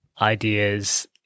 ideas